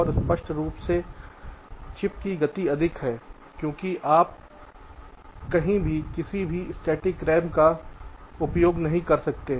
और स्पष्ट रूप से चिप की गति अधिक है क्योंकि आप कहीं भी किसी भी स्टेटिक रैम का उपयोग नहीं कर रहे हैं